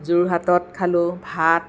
যোৰহাটত খালোঁ ভাত